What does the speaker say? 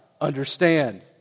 understand